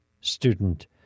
Student